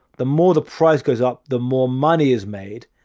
the more the price goes up, the more money is made.